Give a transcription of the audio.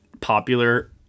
popular